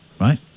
right